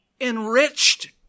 enriched